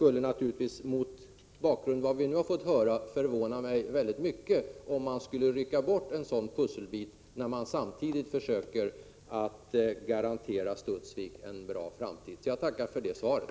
Mot bakgrund av vad vi nu hört skulle det förvåna mig mycket om man skulle rycka bort en sådan pusselbit när man samtidigt försöker att garantera Studsvik en bra framtid. Jag tackar för det svaret.